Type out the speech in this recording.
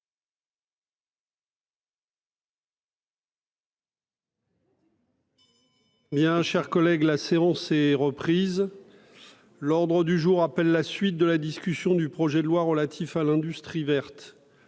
est suspendue. La séance est reprise. L'ordre du jour appelle la suite de la discussion du projet de loi relatif à l'industrie verte